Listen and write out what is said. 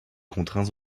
contraints